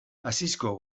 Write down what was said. asisko